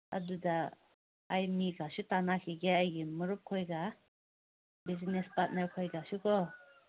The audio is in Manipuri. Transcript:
ꯑꯗꯨꯗ ꯑꯩ ꯃꯤꯒꯁꯨ ꯇꯥꯟꯅꯈꯤꯒꯦ ꯑꯩꯒꯤ ꯃꯔꯨꯞ ꯈꯣꯏꯒ ꯕꯤꯖꯤꯅꯦꯁ ꯄꯥꯔꯠꯅꯔ ꯈꯣꯏꯒꯁꯨ ꯀꯣ